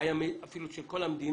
בעיה אפילו של כל המדינה.